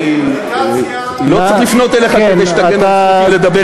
אני לא צריך לפנות אליך כדי שתגן על זכותי לדבר כאן.